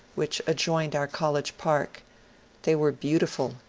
which adjoined our college park they were beautiful,